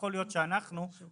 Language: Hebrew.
יש לנו